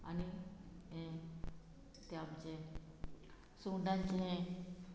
आनी हे ते आमचे सुंगटांचे हे